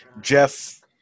jeff